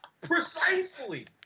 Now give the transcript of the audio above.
Precisely